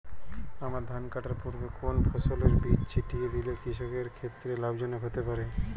আমন ধান কাটার পূর্বে কোন ফসলের বীজ ছিটিয়ে দিলে কৃষকের ক্ষেত্রে লাভজনক হতে পারে?